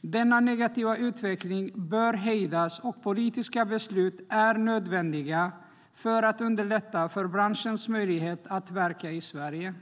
Denna negativa utveckling bör hejdas. Politiska beslut är nödvändiga för att underlätta för branschen att verka i Sverige.